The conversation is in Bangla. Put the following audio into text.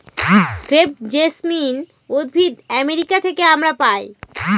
ক্রেপ জেসমিন উদ্ভিদ আমেরিকা থেকে আমরা পাই